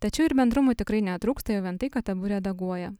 tačiau ir bendrumų tikrai netrūksta jau vien tai kad abu redaguoja